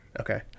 okay